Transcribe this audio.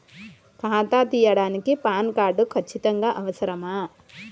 ఖాతా తీయడానికి PAN card ఖచ్చితంగా అవసరమా?